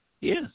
yes